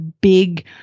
big